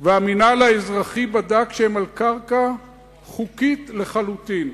והמינהל האזרחי בדק שהם על קרקע חוקית לחלוטין.